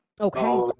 Okay